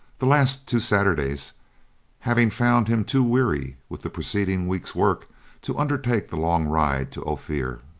the last two saturdays having found him too weary with the preceding week's work to undertake the long ride to ophir.